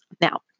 Now